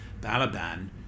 Balaban